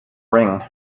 ring